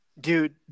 Dude